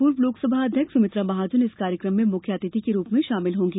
पूर्व लोकसभा अध्यक्ष सुमित्रा महाजन इस कार्यक्रम में मुख्य अतिथि के रूप में शामिल होंगी